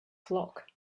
flock